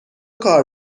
کار